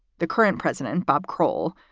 the current president, bob croll,